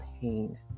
pain